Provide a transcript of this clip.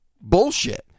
bullshit